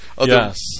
Yes